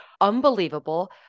unbelievable